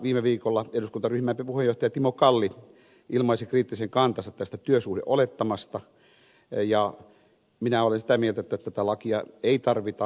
viime viikolla eduskuntaryhmän puheenjohtaja timo kalli ilmaisi kriittisen kantansa tästä työsuhdeolettamasta ja minä olen sitä mieltä että tätä lakia ei tarvita